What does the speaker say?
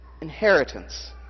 inheritance